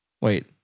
Wait